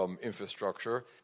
infrastructure